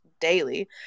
daily